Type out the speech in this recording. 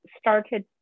started